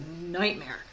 nightmare